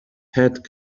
had